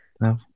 No